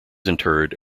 interred